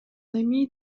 эми